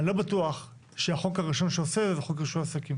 אני לא בטוח שהחוק הראשון שעושה את זה זה חוק רישוי עסקים.